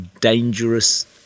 dangerous